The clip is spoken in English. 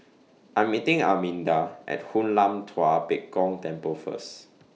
I Am meeting Arminda At Hoon Lam Tua Pek Kong Temple First